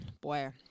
boy